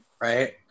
Right